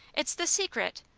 it's the secret!